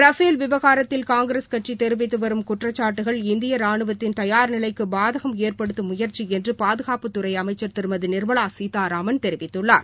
Rafale விவகாரத்தில் காங்கிரஸ் கட்சி தெரிவித்து வரும் குற்றச்சாட்டுகள் இந்திய ராணுவத்தின் தயார் நிலைக்கு பாதகம் ஏற்படுத்தும் முயற்சி என்று பாதுகாப்புத்துறை அமைச்சர் திருமதி நிர்மலா சீதாராமன் தெரிவித்துள்ளார்